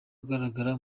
ugaragara